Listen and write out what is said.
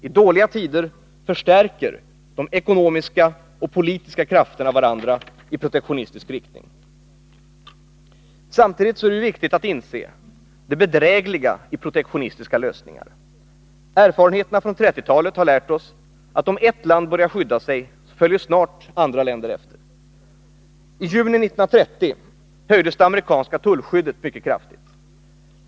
I dåliga tider förstärker de ekonomiska och politiska krafterna varandra i protektionistisk riktning. Samtidigt är det viktigt att inse det bedrägliga i protektionistiska lösningar. Erfarenheterna från 1930-talet har lärt oss att om ett land börjar skydda sig så följer snart andra länder efter. I juni 1930 höjdes det amerikanska tullskyddet mycket kraftigt.